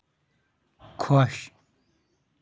خۄش